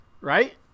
right